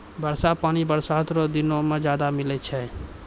वर्षा पानी बरसात रो दिनो मे ज्यादा मिलै छै